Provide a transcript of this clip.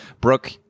Brooke